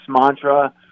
mantra